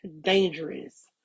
dangerous